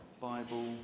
Bible